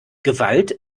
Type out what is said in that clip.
gewalt